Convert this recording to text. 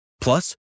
Plus